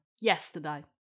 yesterday